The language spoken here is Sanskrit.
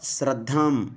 श्रद्धां